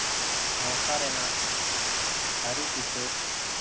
ᱥᱟᱶᱛᱟ ᱨᱮᱱᱟᱜ ᱥᱟᱹᱨᱤ ᱪᱤᱛᱟᱹᱨ